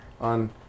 on